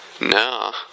No